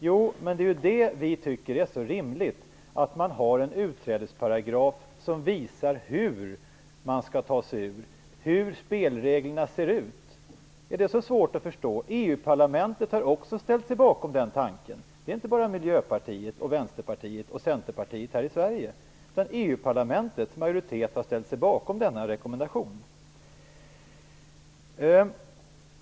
Jo, men det är det vi tycker är så rimligt, att man har en utträdesparagraf som visar hur man skall ta sig ur, hur spelreglerna ser ut. Är det så svårt att förstå. EU-parlamentet har också ställt sig bakom den tanken. Det är inte bara Miljöpartiet, Vänsterpartiet och Centerpartiet här i Sverige, utan EU-parlamentets majoritet har ställt sig bakom denna rekommendation.